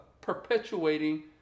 Perpetuating